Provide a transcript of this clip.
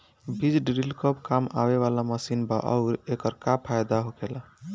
बीज ड्रील कब काम आवे वाला मशीन बा आऊर एकर का फायदा होखेला?